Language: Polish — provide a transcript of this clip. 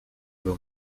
był